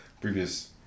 previous